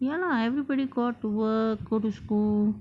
ya lah everybody go out to work go to school